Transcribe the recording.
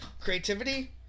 creativity